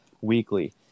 weekly